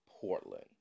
Portland